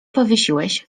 powiesiłeś